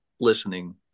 listening